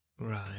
Right